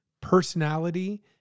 personality